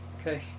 Okay